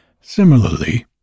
Similarly